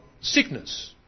sickness